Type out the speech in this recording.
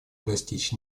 достичь